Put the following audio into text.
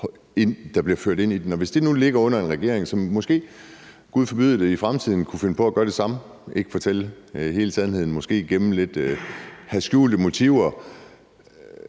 der bliver ført ind i den, og hvis det nu ligger under en regering, som måske – gud forbyde det – i fremtiden kunne finde på at gøre det samme og ikke fortælle hele sandheden, måske gemme noget lidt og have skjulte motiver,